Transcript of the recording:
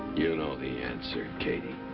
you know the answer, katie.